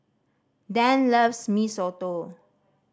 Dann loves Mee Soto